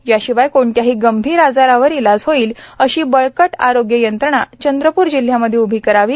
याशिवाय कोणत्याही गंभीर आजारावर ईलाज होईल अशी बळकट आरोग्य यंत्रणा जिल्ह्यामध्ये उभी करावी